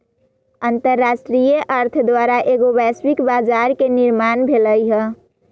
अंतरराष्ट्रीय अर्थ द्वारा एगो वैश्विक बजार के निर्माण भेलइ ह